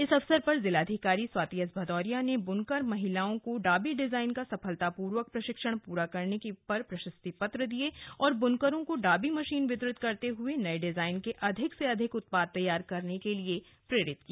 इस अवसर पर जिलाधिकारी स्वाति एस भदौरिया ने बुनकर महिलाओं को डाबी डिजायन का सफलतापूर्वक प्रशिक्षण पूरा करने पर प्रशस्ति पत्र दिये और बुनकरों को डाबी मशीन वितरित करते हुए नए डिजाइन के अधिक से अधिक उत्पाद तैयार करने के लिए प्रेरित किया